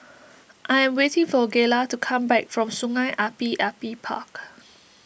I am waiting for Gayla to come back from Sungei Api Api Park